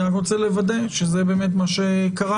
אני רק רוצה לוודא שזה באמת מה שקרה.